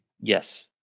Yes